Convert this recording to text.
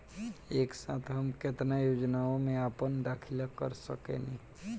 एक साथ हम केतना योजनाओ में अपना दाखिला कर सकेनी?